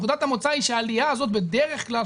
נקודת המוצא היא שהעלייה הזאת בדרך כלל